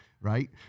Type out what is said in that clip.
right